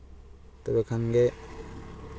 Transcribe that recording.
ᱛᱚᱵᱮ ᱠᱷᱟᱱᱜᱮ